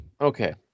Okay